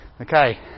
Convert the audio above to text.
okay